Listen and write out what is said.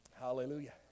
Hallelujah